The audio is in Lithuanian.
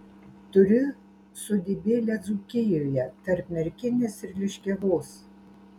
turiu sodybėlę dzūkijoje tarp merkinės ir liškiavos